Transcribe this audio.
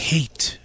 Hate